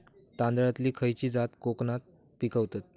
तांदलतली खयची जात कोकणात पिकवतत?